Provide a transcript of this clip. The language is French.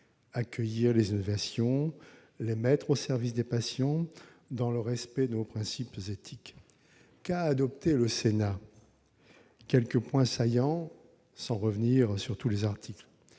accueillir les innovations, les mettre au service des patients, dans le respect de nos principes éthiques. Qu'a adopté le Sénat ? Je vais citer quelques points saillants, sans revenir sur tous les articles